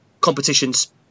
competitions